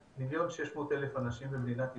1,600,000 אנשים במדינת ישראל.